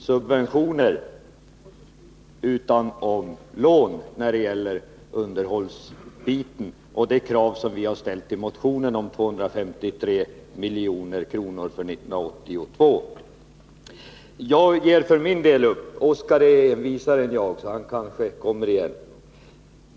Herr talman! Troligtvis är både Oskar Lindkvist och jag dåliga, ja närmast odugliga som pedagoger. Vi har försökt efter måttet av vår förmåga att beskriva för bostadsministern att det icke är fråga om subventioner utan om lån när det gäller underhållsverksamheten och det krav på 253 milj.kr. för 1982 som vi har ställt i motionen. Jag ger för min del upp — Oskar Lindkvist är envisare än jag, och han kanske kommer igen.